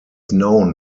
known